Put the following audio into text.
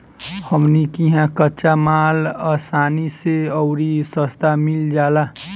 हमनी किहा कच्चा माल असानी से अउरी सस्ता मिल जाला